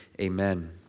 Amen